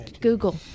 Google